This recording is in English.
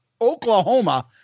Oklahoma